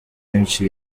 benshi